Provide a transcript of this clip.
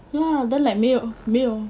ya then like 没有没有